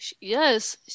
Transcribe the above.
Yes